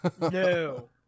no